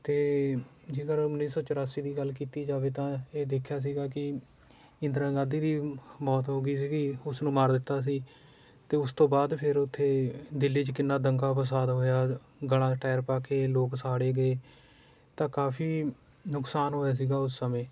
ਅਤੇ ਜੇਕਰ ਉੱਨੀ ਸੌ ਚੁਰਾਸੀ ਦੀ ਗੱਲ ਕੀਤੀ ਜਾਵੇ ਤਾਂ ਇਹ ਦੇਖਿਆ ਸੀਗਾ ਕਿ ਇੰਦਰਾ ਗਾਂਧੀ ਦੀ ਮੌਤ ਹੋ ਗਈ ਸੀਗੀ ਉਸ ਨੂੰ ਮਾਰ ਦਿੱਤਾ ਸੀ ਅਤੇ ਉਸ ਤੋਂ ਬਾਅਦ ਫਿਰ ਉੱਥੇ ਦਿੱਲੀ 'ਚ ਕਿੰਨਾ ਦੰਗਾ ਫਸਾਦ ਹੋਇਆ ਗਲ਼ਾਂ 'ਚ ਟੈਰ ਪਾ ਕੇ ਲੋਕ ਸਾੜੇ ਗਏ ਤਾਂ ਕਾਫੀ ਨੁਕਸਾਨ ਹੋਇਆ ਸੀਗਾ ਉਸ ਸਮੇਂ